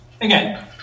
again